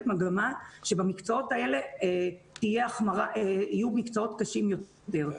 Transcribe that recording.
מגמה שהמקצועות האלה יהיו מקצועות קשים יותר.